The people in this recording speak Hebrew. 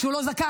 שהוא לא זכאי.